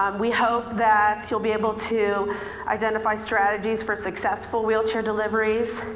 um we hope that you'll be able to identify strategies for successful wheelchair deliveries.